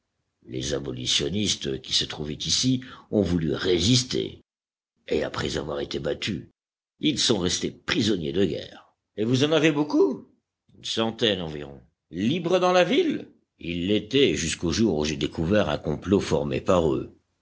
les abolitionnistes qui se trouvaient ici ont voulu résister et après avoir été battus ils sont restés prisonniers de guerre et vous en avez beaucoup une centaine environ libres dans la ville ils l'étaient jusqu'au jour où j'ai découvert un complot formé par eux